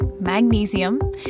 magnesium